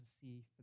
see